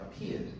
appeared